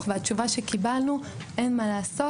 והתשובה שקיבלנו הייתה שאין מה לעשות,